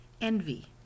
envy